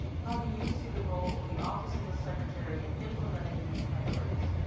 how do you see the role of the office of the secretary in implementing these priorities?